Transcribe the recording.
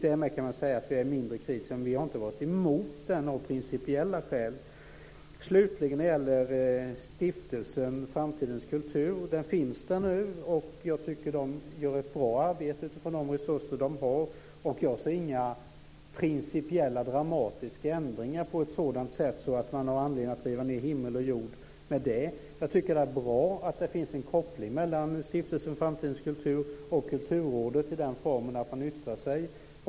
Därmed kan man säga att vi är mindre kritiska, men vi har inte varit emot den av principiella skäl. Slutligen gäller det stiftelsen Framtidens kultur. Den finns där nu, och jag tycker att den gör ett bra arbete utifrån de resurser den har. Jag ser inga principiella, dramatiska ändringar på ett sådant sätt att man har anledning att riva ned himmel och jord. Jag tycker att det är bra att det finns en koppling mellan stiftelsen Framtidens kultur och Kulturrådet i den formen att man yttrar sig.